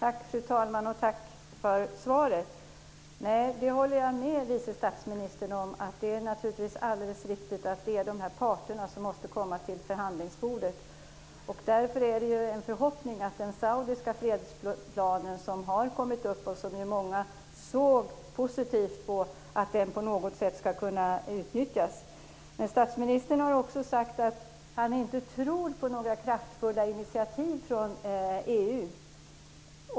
Fru talman! Tack för svaret. Jag håller med vice statsministern om att det naturligtvis är alldeles riktigt att det är dessa parter som måste komma till förhandlingsbordet. Därför är det en förhoppning att den saudiska fredsplanen som har kommit upp och som många ser positivt på ska kunna utnyttjas. Men statsministern har också sagt att han inte tror på några kraftfulla initiativ från EU.